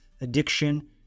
Addiction